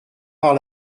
par